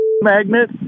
magnet